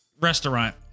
restaurant